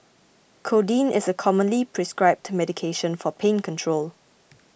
codeine is a commonly prescribed medication for pain control